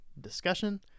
discussion